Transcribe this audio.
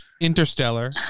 Interstellar